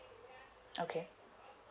okay